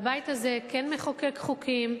והבית הזה כן מחוקק חוקים,